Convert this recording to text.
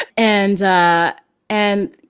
and and and,